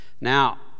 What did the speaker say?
Now